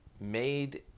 made